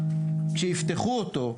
כשיפתחו אותו,